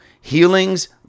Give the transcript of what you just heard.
Healings